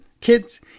kids